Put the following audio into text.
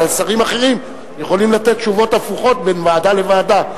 אבל שרים אחרים יכולים לתת תשובות הפוכות בין ועדה לוועדה.